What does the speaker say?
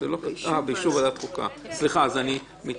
אני לא רואה.